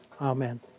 Amen